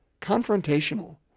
confrontational